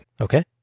Okay